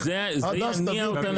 אם הם יבינו את זה, זה יניע אותם לפעולה.